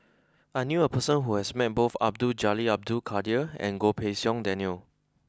I knew a person who has met both Abdul Jalil Abdul Kadir and Goh Pei Siong Daniel